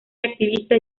activista